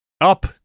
up